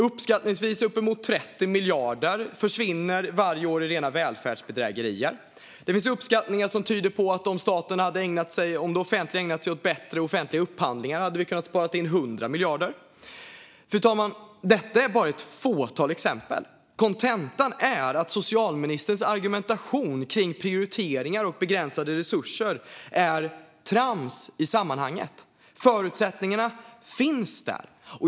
Uppskattningsvis uppemot 30 miljarder försvinner varje år i rena välfärdsbedrägerier. Det finns uppskattningar som tyder på att vi hade kunnat spara in 100 miljarder om det offentliga hade ägnat sig åt bättre offentliga upphandlingar. Fru talman! Detta är bara ett fåtal exempel. Kontentan är att socialministerns argumentation kring prioriteringar och begränsade resurser är trams i sammanhanget. Förutsättningarna finns där.